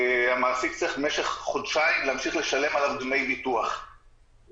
המעסיק צריך להמשיך לשלם עליו דמי ביטוח במשך חודשיים,